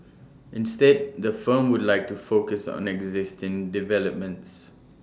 instead the firm would like to focus on existing developments